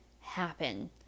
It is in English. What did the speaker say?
happen